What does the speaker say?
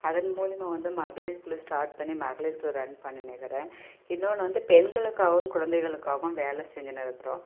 அதன் மூலிமா வந்து மகளிர் குழு ஸ்டார்ட் பண்ணி மகளிர் குழு ரன் பண்ணின்னுருக்கிறேன் இன்னொன்னு வந்து பெண்களுக்காகவும் குழந்தைகளுக்காகவும் வேலை செஞ்சுன்னுருக்குறோம்